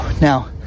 Now